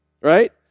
Right